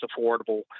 affordable